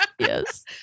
yes